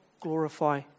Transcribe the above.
glorify